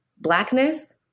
Blackness